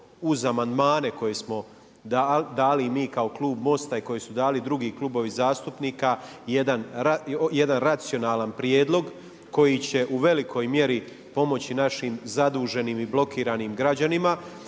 uz amandmane koje smo dali i mi kao klub MOST-a i koje su dali drugi klubovi zastupnika jedan racionalan prijedlog koji će u velikoj mjeri pomoći našim zaduženim i blokiranim građanima.